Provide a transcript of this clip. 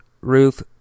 Ruth